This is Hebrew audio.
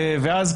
ואז,